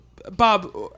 Bob